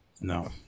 No